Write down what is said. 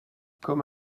comme